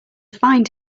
find